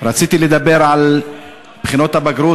רציתי לדבר על בחינות הבגרות,